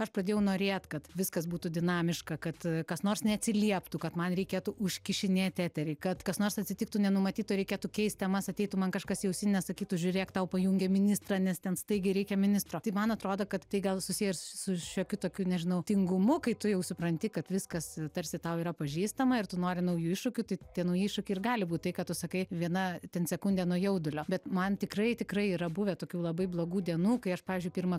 aš pradėjau norėt kad viskas būtų dinamiška kad kas nors neatsilieptų kad man reikėtų užkišinėt eterį kad kas nors atsitiktų nenumatyto reikėtų keist temas ateitų man kažkas į ausines sakytų žiūrėk tau pajungia ministrą nes ten staigiai reikia ministro tai man atrodo kad tai gal susiję ir su šiokiu tokiu nežinau tingumu kai tu jau supranti kad viskas tarsi tau yra pažįstama ir tu nori naujų iššūkių tai tie nauji iššūkiai ir gali būt tai ką tu sakai viena ten sekundė nuo jaudulio bet man tikrai tikrai yra buvę tokių labai blogų dienų kai aš pavyzdžiui pirmą